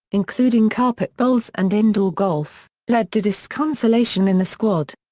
including carpet bowls and indoor golf, led to disconsolation in the squad.